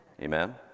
Amen